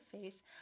face